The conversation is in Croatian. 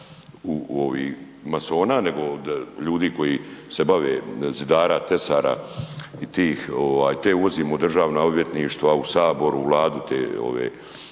u ovih, masona, nego od ljudi koji se bave, zidara, tesara i tih, te uvozimo u državna odvjetništva, u Sabor, u Vladu, te ove,